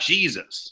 Jesus